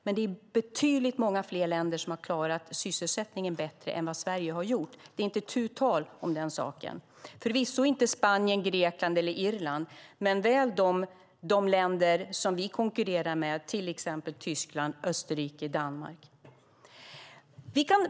Men det är många länder som har klarat sysselsättningen betydligt bättre än vad Sverige har gjort; det är inte tu tal om den saken. Till de länderna hör förvisso inte Spanien, Grekland eller Irland men väl de länder som vi konkurrerar med, till exempel Tyskland, Österrike och Danmark.